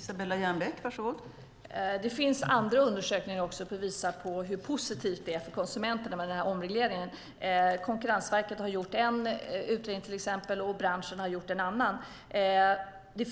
Fru talman! Det finns andra undersökningar som visar hur positivt det är för konsumenterna med omregleringen. Till exempel har Konkurrensverket gjort en utredning, och branschen har gjort en annan. Vi